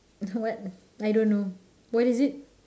!huh! what I don't know what is it